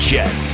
Jet